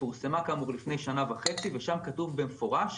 פורסמה כאמור לפני שנה וחצי שם כתוב במפורש